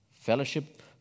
fellowship